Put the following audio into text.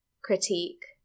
critique